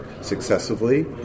Successively